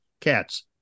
cats